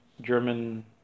German